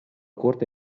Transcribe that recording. corte